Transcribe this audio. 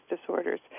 disorders